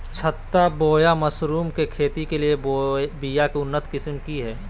छत्ता बोया मशरूम के खेती के लिए बिया के उन्नत किस्म की हैं?